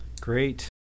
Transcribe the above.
Great